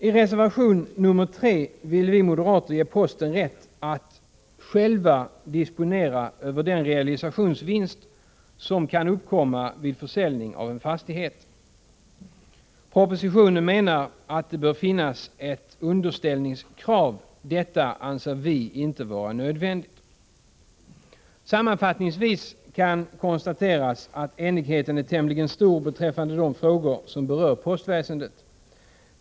I reservation 3 vill vi moderater ge posten rätt att själv disponera över den realisationsvinst som kan uppkomma vid försäljning av en fastighet. Propositionen menar att det bör finnas ett underställningskrav, men detta anser vi inte vara nödvändigt. Sammanfattningsvis kan konstateras att enigheten är tämligen stor beträf fande de frågor som rör postväsendet.